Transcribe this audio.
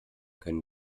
können